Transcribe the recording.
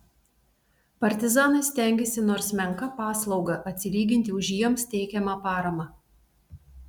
partizanai stengėsi nors menka paslauga atsilyginti už jiems teikiamą paramą